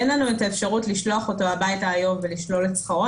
אין לנו את האפשרות לשלוח אותו הביתה היום ולשלול את שכרו.